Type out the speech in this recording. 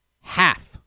half